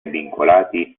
vincolati